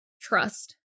trust